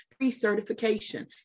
pre-certification